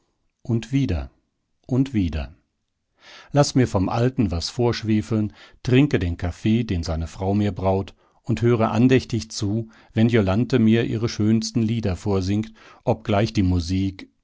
und wieder und wieder laß mir vom alten was vorschwefeln trinke den kaffee den seine frau mir braut und höre andächtig zu wenn jolanthe mir ihre schönsten lieder vorsingt obgleich die musik